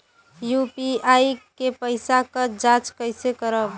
UPI के पैसा क जांच कइसे करब?